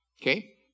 Okay